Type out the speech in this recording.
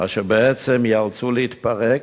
שישנם בפועל בשטח בעצם ייאלצו להתפרק,